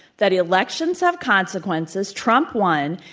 that elections have consequences, trump won,